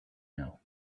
now